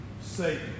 Satan